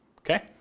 Okay